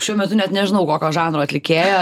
šiuo metu net nežinau kokio žanro atlikėja